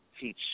teach